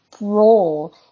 role